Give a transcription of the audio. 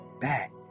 back